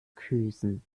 kösen